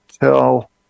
Tell